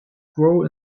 grow